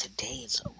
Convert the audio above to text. Today's